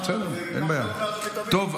טוב,